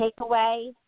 takeaway